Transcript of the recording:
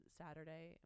saturday